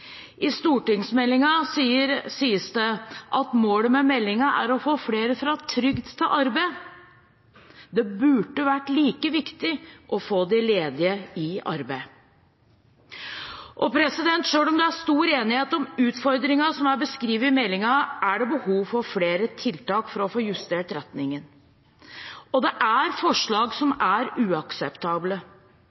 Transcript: I stortingsmeldingen sies det at målet med meldingen er å få flere fra trygd til arbeid. Det burde vært like viktig å få de ledige i arbeid. Selv om det er stor enighet om utfordringen som er beskrevet i meldingen, er det behov for flere tiltak for å få justert retningen. Det er forslag som er uakseptable.